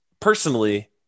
personally